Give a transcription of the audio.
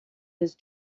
his